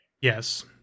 yes